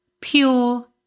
Pure